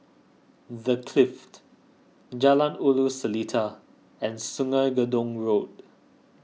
the Clift Jalan Ulu Seletar and Sungei Gedong Road